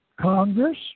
Congress